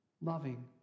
loving